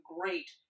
great